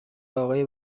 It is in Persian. آقای